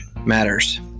matters